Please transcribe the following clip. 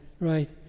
right